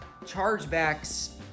chargebacks